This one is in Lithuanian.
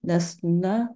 nes na